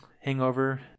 hangover